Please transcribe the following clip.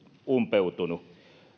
umpeutunut